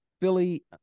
Philly